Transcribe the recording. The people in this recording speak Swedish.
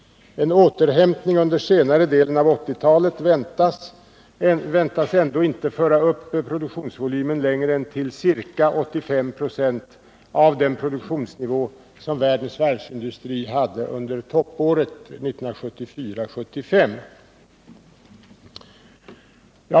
En återhämtning under senare delen av 1980-talet väntas ändå inte föra upp produktionsvolymen längre än till ca 85 96 av den produktionsnivå som världens varvsindustri hade under toppåret 1974/75.